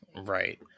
Right